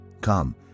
Come